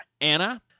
Anna